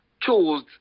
chose